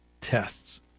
tests